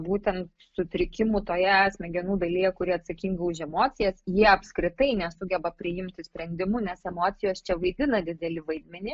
būtent sutrikimų toje smegenų dalyje kuri atsakinga už emocijas jie apskritai nesugeba priimti sprendimų nes emocijos čia vaidina didelį vaidmenį